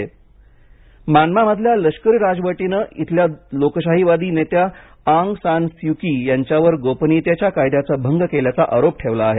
Myanmar आरोप म्यानमारमधल्या लष्करी राजवटीनं इथल्या लोकशाहीवादी नेत्या आंग सान स्यू की यांच्यावर गोपनीयतेच्या कायद्याचा भंग केल्याचा आरोप ठेवला आहे